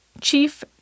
Chief